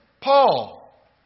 Paul